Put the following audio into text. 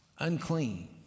Unclean